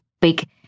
big